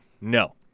No